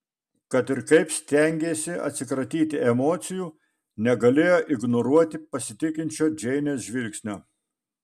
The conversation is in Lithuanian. kad ir kaip stengėsi atsikratyti emocijų negalėjo ignoruoti pasitikinčio džeinės žvilgsnio